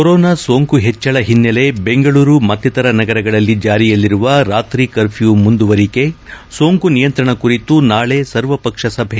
corona ಸೋಂಕು ಹೆಚ್ಚಳ ಹಿನ್ನೆಲೆ ಬೆಂಗಳೂರು ಮತ್ತಿತರ ನಗರಗಳಲ್ಲಿ ಜಾರಿಯಲ್ಲಿರುವ ರಾತ್ರಿ ಕರ್ಮ್ಯೂ ಮುಂದುವರಿಕೆ ಸೋಂಕು ನಿಯಂತಣ ಕುರಿತು ನಾಳೆ ಸರ್ವಪಕ್ಷ ಸಭೆ